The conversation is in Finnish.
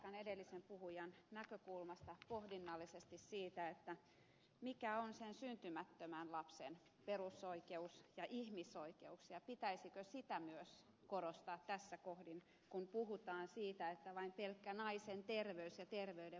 jatkan edellisen puhujan näkökulmasta pohdinnallisesti siitä mikä on sen syntymättömän lapsen perusoikeus ja ihmisoikeus ja pitäisikö sitä myös korostaa tässä kohdin kun puhutaan vain pelkästä naisen terveydestä ja terveyden vaarantamisesta